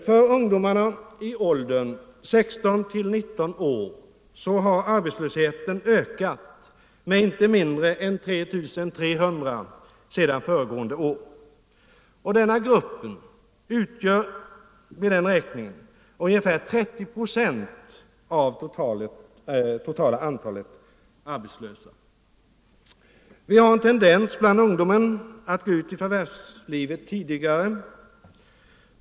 För ungdomarna i åldern 16-19 år har arbetslösheten ökat med inte mindre än 3 300 sedan föregående år. Denna grupp utgör ungefär 30 procent av det totala antalet arbetslösa. Det finns en tendens bland ungdomen att gå ut i förvärvslivet tidigare.